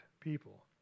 people